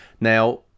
Now